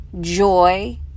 joy